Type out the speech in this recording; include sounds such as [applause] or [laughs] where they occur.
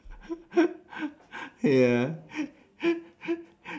[laughs] ya [laughs]